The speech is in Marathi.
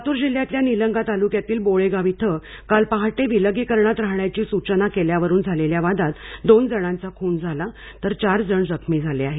लातूर जिल्ह्यातल्या निलंगा तालुक्यातील बोळेगाव इथ काल पहाटे विलगीकरणात राहण्याची सूचना केल्यावरुन झालेल्या वादात दोघा जणांचा खून झाला तर चार जण जखमी झाले आहेत